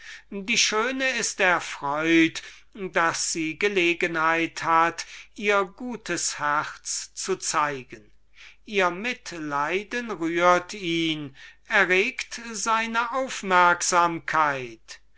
die schöne ist erfreut daß sie gelegenheit hat ihr gutes herz zu zeigen ihr mitleiden rührt ihn und erregt seine aufmerksamkeit